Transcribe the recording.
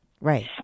right